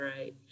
right